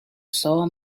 saw